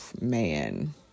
Man